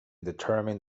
determined